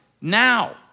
now